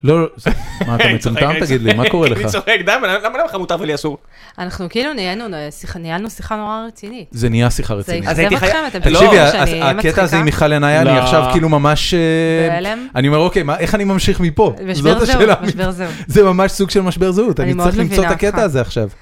לא, מה אתה מטומטם? תגיד לי, מה קורה לך? אני צוחק, למה לך מותר ולי אסור? אנחנו כאילו ניהלנו שיחה נורא רצינית. זה נהיה שיחה רצינית. זה איכזב אותך? אתם חשבתם שאני אהיה מצחיקה? הקטע הזה עם מיכל ינאי, הוא עכשיו כאילו ממש... אני אומר, אוקיי, איך אני ממשיך מפה? משבר זהות, משבר זהות. זה ממש סוג של משבר זהות, אני צריך למצוא את הקטע הזה עכשיו.